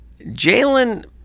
Jalen